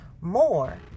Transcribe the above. more